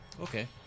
Okay